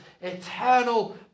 eternal